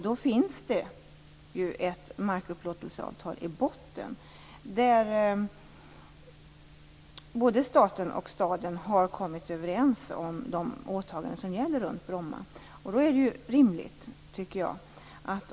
Det finns ett markupplåtelseavtal i botten där staten och staden har kommit överens om de åtaganden som gäller runt Bromma.